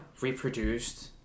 reproduced